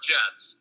Jets